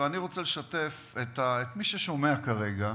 ואני רוצה לשתף את מי ששומע כרגע,